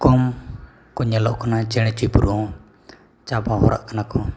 ᱠᱚᱢ ᱠᱚ ᱧᱮᱞᱚᱜ ᱠᱟᱱᱟ ᱪᱮᱬᱮ ᱪᱤᱯᱨᱩᱦᱚᱸ ᱪᱟᱵᱟ ᱦᱚᱨᱟᱜ ᱠᱟᱱᱟ ᱠᱚ